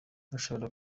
ushobora